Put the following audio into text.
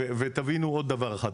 תבינו עוד דבר אחד,